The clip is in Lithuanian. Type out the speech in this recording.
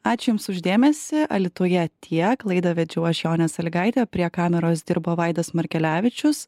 ačiū jums už dėmesį alytuje tiek laidą vedžiau aš jonė sąlygaitė prie kameros dirbo vaidas markelevičius